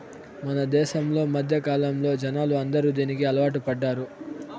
మన దేశంలో మధ్యకాలంలో జనాలు అందరూ దీనికి అలవాటు పడ్డారు